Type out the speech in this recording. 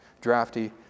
drafty